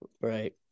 right